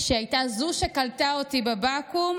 שהייתה זו שקלטה אותי בבקו"ם,